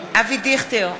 אבי דיכטר,